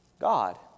God